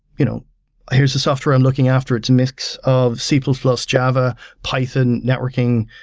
you know here's a software i'm looking after. it's mix of c plus plus, java, python, networking.